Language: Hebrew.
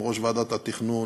עם ראש ועדת התכנון,